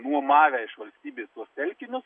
nuomavę iš valstybės tuos telkinius